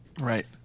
Right